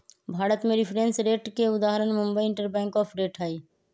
भारत में reference rate के उदाहरण मुंबई इंटरबैंक ऑफर रेट हइ